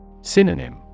Synonym